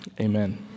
Amen